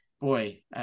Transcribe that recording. boy